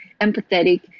empathetic